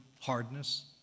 hardness